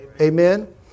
Amen